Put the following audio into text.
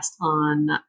on